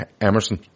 Emerson